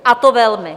A to velmi.